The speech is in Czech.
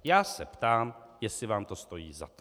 Já se ptám, jestli vám to stojí za to.